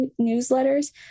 newsletters